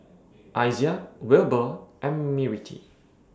Izaiah Wilber and Mirtie